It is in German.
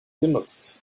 genutzt